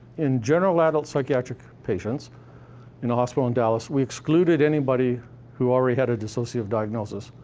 in general adult psychiatric patients in a hospital in dallas, we excluded anybody who already had a dissociative diagnosis,